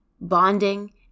bonding